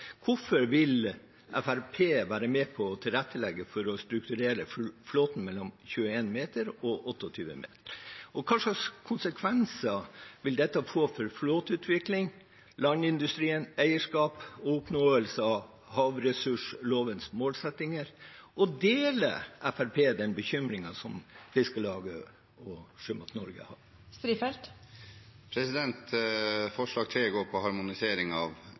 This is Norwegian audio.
Hvorfor vil Fremskrittspartiet være med på å tilrettelegge for å strukturere flåten mellom 21 meter og 28 meter? Og hva slags konsekvenser vil dette få for flåteutvikling, landindustrien, eierskap og oppnåelse av havressurslovens målsettinger? Deler Fremskrittspartiet den bekymringen som Fiskarlaget og Sjømat Norge har? Forslag 3 går på harmonisering av